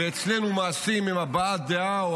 ואצלנו המעשים הם הבעת דעת,